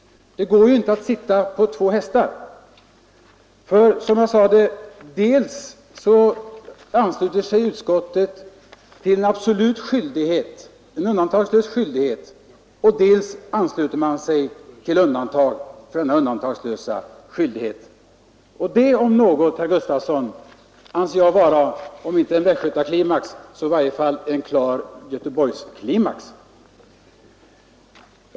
Det går inte att rida på två hästar: dels ansluter sig utskottet till en undantagslös skyldighet, dels ansluter man sig till undatag från denna undantagslösa skyldighet. Det om något, herr Sven Gustafson i Göteborg, anser jag vara om inte en liten västgötaklimax så i varje fall en klar Göteborgsklimax.